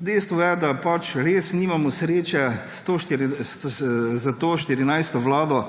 Dejstvo je, da res nimamo sreče s to 14. vlado,